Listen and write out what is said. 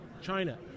China